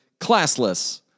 classless